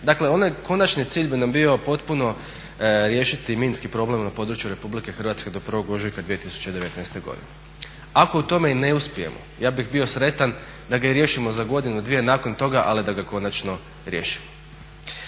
Dakle onaj konačni cilj bi nam bio potpuno riješiti minski problem na području RH do 1.ožujka 2019.godine. ako u tome i ne uspijemo ja bih bio sretan da ga riješimo i za godinu, dvije nakon toga ali da ga konačno riješimo.